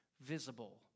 visible